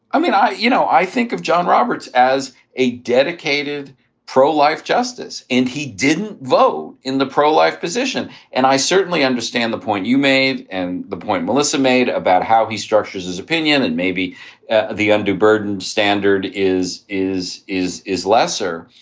i mean, i you know, i think of john roberts as a dedicated pro-life justice, and he didn't vote in the pro-life position. and i certainly understand the point you made and the point melissa made about how he structures his opinion. and maybe ah the undue burden standard is is is is lesser.